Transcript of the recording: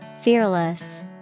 Fearless